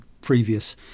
previous